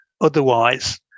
otherwise